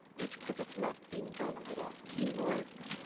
it could have not been done without teamwork,